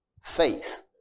faith